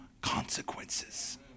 consequences